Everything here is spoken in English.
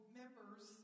members